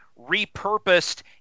repurposed